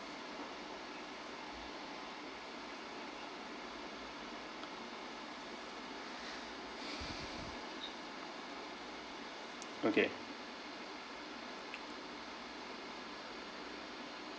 okay